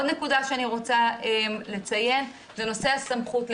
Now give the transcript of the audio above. עוד נקודה שאני רוצה לציין זה נושא הסמכות.